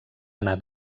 anat